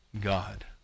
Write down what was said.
God